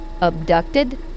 abducted